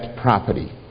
property